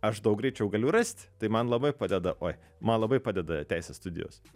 aš daug greičiau galiu rast tai man labai padeda oi man labai padeda teisės studijos